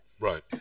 Right